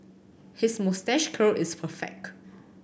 his moustache curl is perfect